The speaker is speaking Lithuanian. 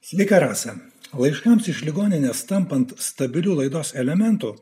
sferose laiškams iš ligoninės tampant stabilių laidos elementų